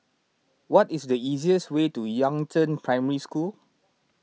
what is the easiest way to Yangzheng Primary School